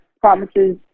promises